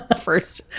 first